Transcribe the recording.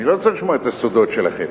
אני לא צריך לשמוע את הסודות שלכם.